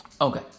Okay